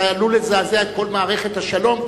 אתה עלול לזעזע את כל מערכת השלום,